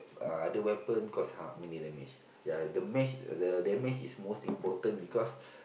uh other weapon cause how many damage ya damage the damage is most important because